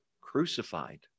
crucified